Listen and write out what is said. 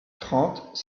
trente